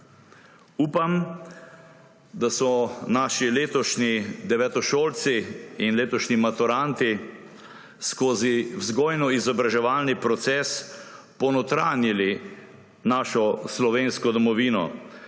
Upam, da so naši letošnji devetošolci in letošnji maturanti skozi vzgojno-izobraževalni proces ponotranjili našo slovensko domovino,